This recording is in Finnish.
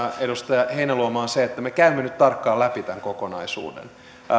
edustaja heinäluoma on se että me käymme nyt tarkkaan läpi tämän kokonaisuuden